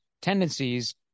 tendencies